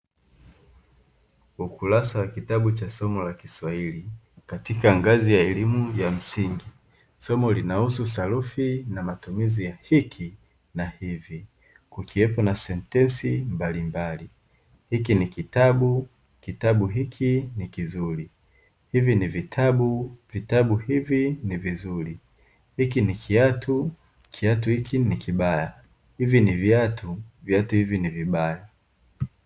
Ukurasa wa kitabu cha somo la kiswahili katika ngazi ya elimu ya msingi. Somo linahusu sarufi na matumizi ya "hiki" na "hivi", kukiwepo na sentensi mbalimbali: hiki ni kitabu, kitabu hiki ni kizuri, hivi ni vitabu, vitabu hivi ni vizuri, hiki ni kiatu, kiatu hiki ni kibaya, hivi ni viatu, viatu hivi ni vibaya.